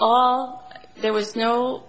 all there was no